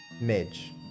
Midge